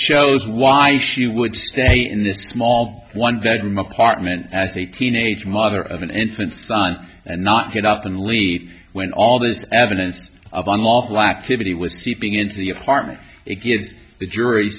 shows why she would stay in the small one bedroom apartment as a teenage mother of an infant son and not get up and leave when all this evidence of unlawful activity was seeping into the apartment it gives the jur